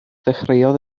ddechreuodd